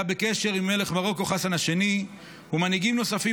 היה בקשר עם מלך מרוקו חסן השני ומנהיגים נוספים